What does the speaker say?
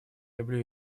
люблю